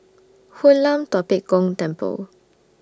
Hoon Lam Tua Pek Kong Temple